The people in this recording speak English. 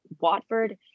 Watford